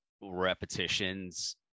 repetitions